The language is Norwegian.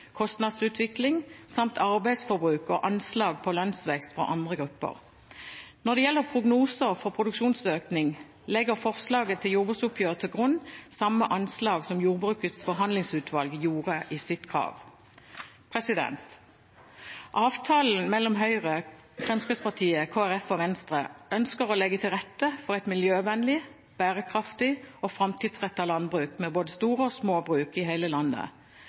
kostnadsutvikling samt arbeidsforbruk og anslag på lønnsvekst for andre grupper. Når det gjelder prognoser for produksjonsøkning, legger forslaget til jordbruksoppgjør til grunn samme anslag som jordbrukets forhandlingsutvalg gjorde i sitt krav. Avtalen mellom Høyre, Fremskrittspartiet, Kristelig Folkeparti og Venstre ønsker å legge til rette for et miljøvennlig, bærekraftig og framtidsrettet landbruk, med både store og små bruk i hele landet.